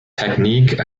technique